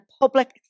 public